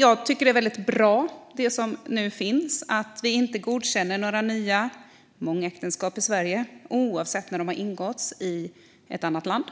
Jag tycker därför att det är bra med det förslag som nu finns, alltså att vi inte ska godkänna några mångäktenskap i Sverige oavsett när de har ingåtts i ett annat land